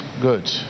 Good